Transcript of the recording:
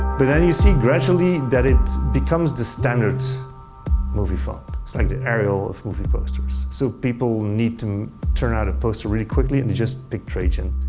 but then you see gradually that it becomes the standard movie font. it's like the arial of movie posters. so people need to churn out a poster really quickly, and they just pick trajan.